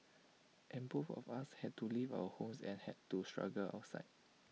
and both of us had to leave our homes and had to struggle outside